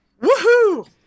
Woohoo